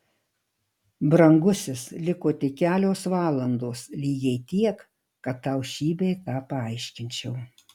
brangusis liko tik kelios valandos lygiai tiek kad tau šį bei tą paaiškinčiau